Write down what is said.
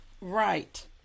Right